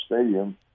Stadium